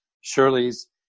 Shirley's